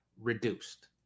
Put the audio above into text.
reduced